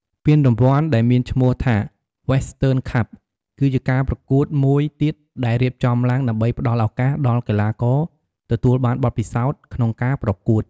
ពានរង្វាន់ ដែលមានឈ្មោះថា វេស្ទឺន ខាប់ គឺជាការប្រកួតមួយទៀតដែលរៀបចំឡើងដើម្បីផ្ដល់ឱកាសដល់កីឡាករទទួលបានបទពិសោធន៍ក្នុងការប្រកួត។